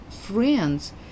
friends